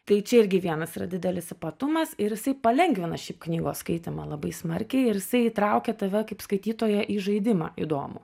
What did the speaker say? tai čia irgi vienas yra didelis ypatumas ir jisai palengvina šiaip knygos skaitymą labai smarkiai ir jisai įtraukia tave kaip skaitytoją į žaidimą įdomų